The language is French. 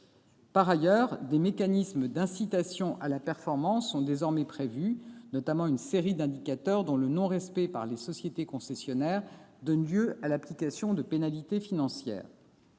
Par ailleurs, des mécanismes d'incitation à la performance sont désormais prévus. Une liste d'indicateurs a notamment été établie : leur non-respect par les sociétés concessionnaires donne lieu à l'application de pénalités financières.